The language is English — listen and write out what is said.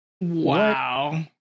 Wow